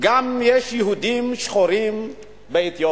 שיש גם יהודים שחורים באתיופיה.